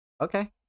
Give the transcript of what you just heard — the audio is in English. Okay